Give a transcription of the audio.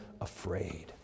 afraid